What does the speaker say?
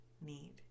need